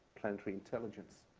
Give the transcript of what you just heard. planetary intelligence.